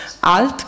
alt